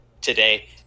today